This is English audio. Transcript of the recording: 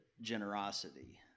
generosity